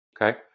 Okay